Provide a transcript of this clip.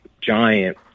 giant